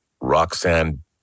Roxanne